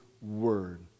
word